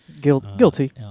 Guilty